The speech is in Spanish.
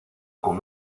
con